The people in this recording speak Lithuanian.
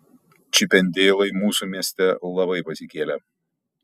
čipendeilai mūsų mieste labai pasikėlę